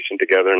together